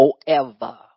forever